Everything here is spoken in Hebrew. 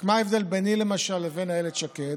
רק מה ההבדל ביני, למשל, לבין איילת שקד?